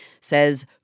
says